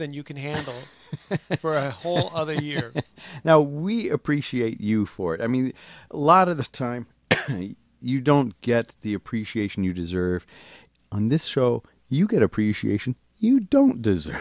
than you can handle for a whole other year now we appreciate you for it i mean a lot of the time you don't get the appreciation you deserve on this show you get appreciation you don't deserve